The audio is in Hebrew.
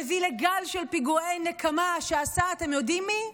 והביא לגל של פיגועי נקמה שעשה, אתם יודעים מי?